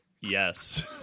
yes